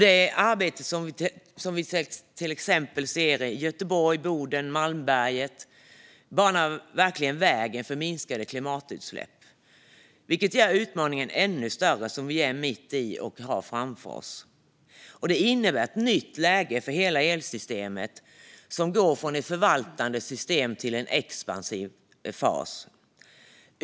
Det arbete vi ser i till exempel Göteborg, Boden och Malmberget banar verkligen väg för minskade klimatutsläpp, vilket gör den utmaning som vi är mitt i och har framför oss ännu större. Det innebär ett nytt läge för hela elsystemet, som går från ett förvaltande system till en expansiv fas.